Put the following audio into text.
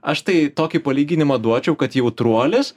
aš tai tokį palyginimą duočiau kad jautruolis